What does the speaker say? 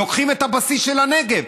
לוקחים את הבסיס של הנגב.